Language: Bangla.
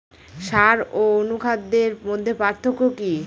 সার ও অনুখাদ্যের মধ্যে পার্থক্য কি?